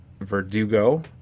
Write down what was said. Verdugo